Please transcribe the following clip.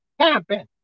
camping